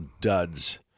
duds